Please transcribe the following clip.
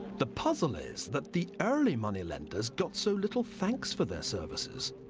the puzzle is that the early moneylenders got so little thanks for their services.